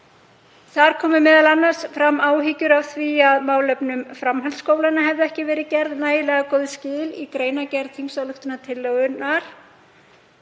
Þar komu m.a. fram áhyggjur af því að málefnum framhaldsskólanna hefðu ekki verið gerð nægilega góð skil í greinargerð þingsályktunartillögunnar